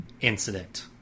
incident